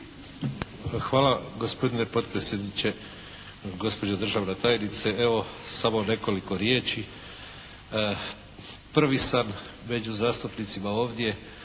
Hvala gospodine potpredsjedniče, gospođo državna tajnice. Evo, samo nekoliko riječi. Prvi sam među zastupnicima ovdje